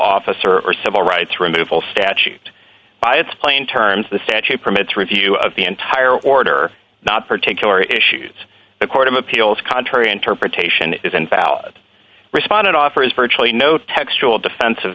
officer or civil rights removal statute by its plain terms the statute permits review of the entire order not particular issues the court of appeals contrary interpretation is invalid respondent offer is virtually no textual defens